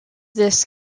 this